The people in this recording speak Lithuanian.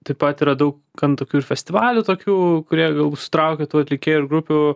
taip pat yra daug gan tokių ir festivalių tokių kurie jau sutraukia tų atlikėjų ir grupių